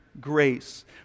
grace